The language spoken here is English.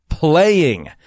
Playing